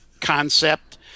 concept